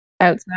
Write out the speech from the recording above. outside